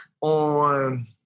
on